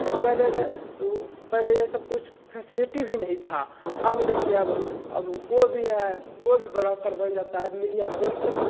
पहले ले पहले यह सब कुछ फैसलिटी भी नहीं था अब देखिए अब अब कोई भी है कोई भी बड़ा आ कर बन जाता है मीडिया तुरंत